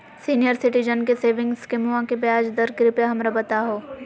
senior citizen के saving स्कीमवा के ब्याज दर कृपया हमरा बताहो